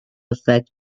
affect